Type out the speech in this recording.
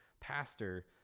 pastor